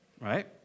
right